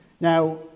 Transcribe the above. Now